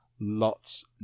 lots